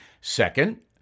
Second